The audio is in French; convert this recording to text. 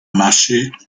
marcher